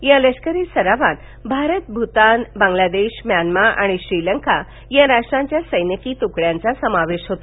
या लष्करी सरावात भारत भूतान बांग्लादेश म्यानमा आणि श्रीलंका या राष्ट्रांच्या सैनिकी तुकडयांचा समावेश होता